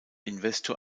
investor